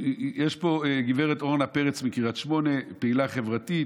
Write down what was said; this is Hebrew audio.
יש פה גב' אורנה פרץ מקריית שמונה, פעילה חברתית,